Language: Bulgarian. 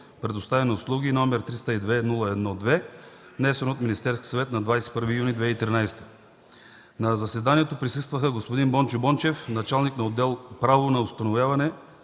предоставяне на услуги, № 302-01-2, внесен от Министерския съвет на 21 юни 2013 г. На заседанието присъстваха господин Бончо Бончев – началник на отдел „Право на установяване